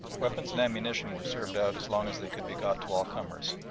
weapons and ammunition were served out as long as they could be got to all comers,